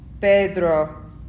Pedro